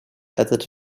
added